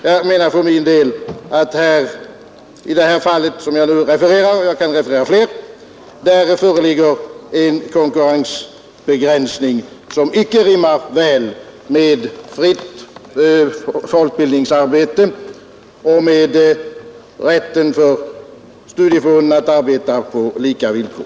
Jag menar för min del att i det fall som jag har refererat — och jag kan referera fler — föreligger en konkurrensbegränsning som inte rimmar väl med fritt folkbildningsarbete och med rätten för studieförbunden att arbeta på lika villkor.